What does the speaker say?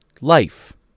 life